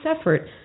effort